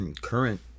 current